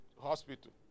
hospital